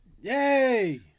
Yay